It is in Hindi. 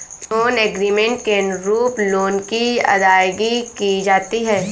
लोन एग्रीमेंट के अनुरूप लोन की अदायगी की जाती है